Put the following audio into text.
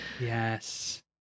yes